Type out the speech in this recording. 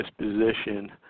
disposition